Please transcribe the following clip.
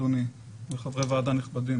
אדוני וחברי הוועדה הנכבדים,